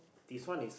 this one is